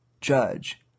judge